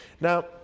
Now